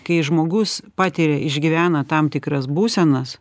kai žmogus patiria išgyvena tam tikras būsenas